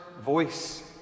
voice